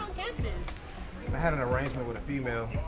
and i mean but had an arrangement with a female.